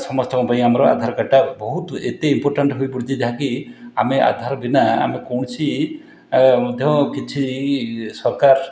ସମସ୍ତଙ୍କ ପାଇଁ ଆଧାର କାର୍ଡ଼ଟା ବହୁତ ଏତେ ଇମ୍ପୋର୍ଟାଣ୍ଟ୍ ହେଇପଡ଼ିଛି ଯାହାକି ଆମେ ଆଧାର ବିନା ଆମେ କୌଣସି ମଧ୍ୟ କିଛି ସରକାର